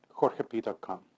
jorgep.com